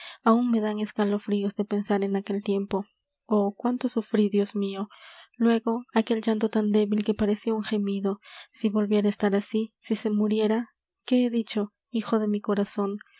aun me dan escalofrios de pensar en aquel tiempo oh cuánto sufrí dios mio luégo aquel llanto tan débil que parecia un gemido si volviera á estar así si se muriera qué he dicho hijo de mi corazon